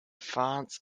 france